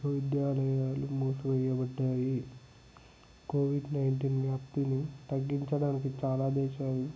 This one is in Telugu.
విశ్వవిద్యాలయాలు మూసివేయబడ్డాయి కోవిడ్ నైన్టీన్ వ్యాప్తిని తగ్గించడానికి చాలా దేశాలు